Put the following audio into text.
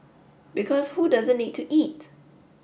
because who doesn't need to eat